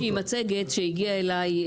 יש מצגת שהגיעה אליי,